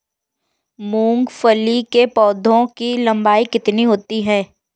मूंगफली के पौधे की लंबाई कितनी होती है?